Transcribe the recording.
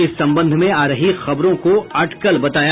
इस संबंध में आ रही खबरों को अटकल बताया